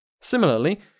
Similarly